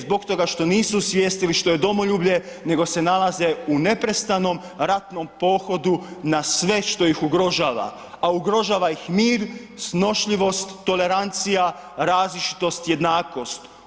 Zbog toga što nisu osvijestili što je domoljublje nego se nalaze u neprestanom ratnom pohodu na sve što ih ugrožava, a ugrožava ih mir, snošljivost, tolerancija, različitost, jednakost.